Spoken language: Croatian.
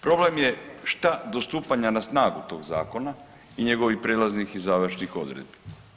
Problem je šta do stupanja na snagu tog zakona i njegovih prijelaznih i završnih odredbi?